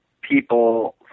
people